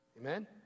Amen